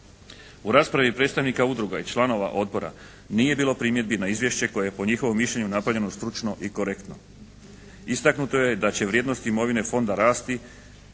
U raspravi predstavnika udruga i članova odbora nije bilo primjedbi na izvješće koje je po njihovom mišljenju napravljeno stručno i korektno. Istaknuto je da će vrijednost imovine Fonda rasti